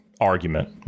argument